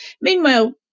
Meanwhile